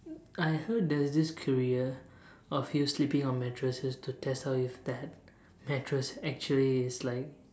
I heard there's this career of you sleeping on mattresses to test out if that mattress actually is like